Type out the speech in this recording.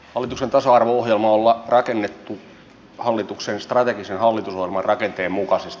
hallituksen tasa arvo ohjelma on rakennettu hallituksen strategisen hallitusohjelman rakenteen mukaisesti